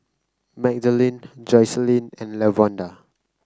Magdalene Jocelynn and Lavonda